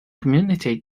community